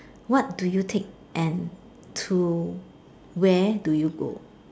what do you take and to where do you go